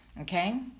Okay